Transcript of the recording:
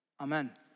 Amen